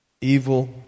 evil